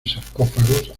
sarcófagos